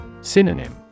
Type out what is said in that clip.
Synonym